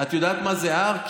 את יודעת מה זה R?